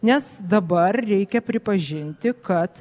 nes dabar reikia pripažinti kad